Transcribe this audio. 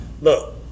Look